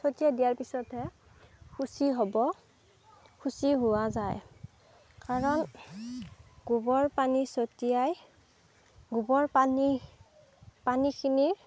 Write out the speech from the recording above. ছটিয়াই দিয়াৰ পিছতহে শুচি হ'ব শুচি হোৱা যায় কাৰণ গোবৰ পানী ছটিয়াই গোবৰ পানী পানীখিনিৰ